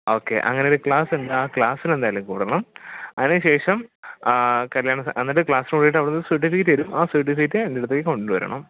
okay അങ്ങനൊരു class ഉണ്ട് ആ ക്ലാസ്സിന് എന്തായാലും കൂടണം അതിന് ശേഷം കല്യാണ സെ എന്നിട്ട് ക്ലാസ് കൂടിയിട്ട് അവിടുന്ന് സർട്ടിഫിക്കറ്റ് തരും ആ സർട്ടിഫിക്കറ്റ് എൻ്റെ അടുത്തേക്ക് കൊണ്ടുവരണം